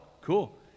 cool